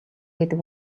гэдэг